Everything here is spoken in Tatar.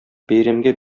бәйрәмгә